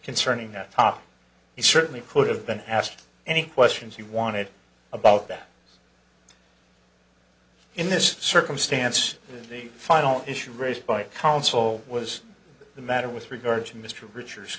concerning that tom he certainly could have been asked any questions he wanted about that in this circumstance the final issue raised by counsel was the matter with regard to mr richards